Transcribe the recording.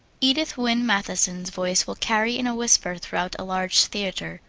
edith wynne matthison's voice will carry in a whisper throughout a large theater.